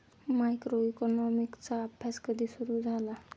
मायक्रोइकॉनॉमिक्सचा अभ्यास कधी सुरु झाला?